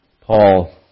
Paul